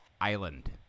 Island